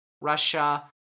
Russia